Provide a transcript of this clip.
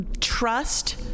trust